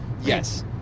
Yes